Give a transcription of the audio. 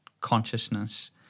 consciousness